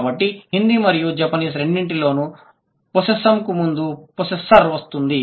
కాబట్టి హిందీ మరియు జపనీస్ రెండింటిలోనూ పొస్సెస్సామ్ కు ముందు పొస్సెస్సర్ వస్తుంది